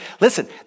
listen